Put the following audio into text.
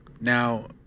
now